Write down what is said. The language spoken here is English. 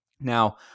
Now